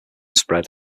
spread